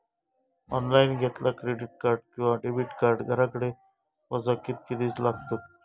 Online घेतला credit card किंवा debit card घराकडे पोचाक कितके दिस लागतत?